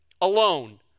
Alone